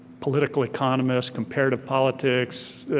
political economist, comparative politics,